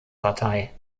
partei